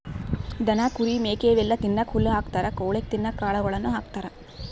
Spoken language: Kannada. ದನ ಕುರಿ ಮೇಕೆ ಇವೆಲ್ಲಾ ತಿನ್ನಕ್ಕ್ ಹುಲ್ಲ್ ಹಾಕ್ತಾರ್ ಕೊಳಿಗ್ ತಿನ್ನಕ್ಕ್ ಕಾಳುಗಳನ್ನ ಹಾಕ್ತಾರ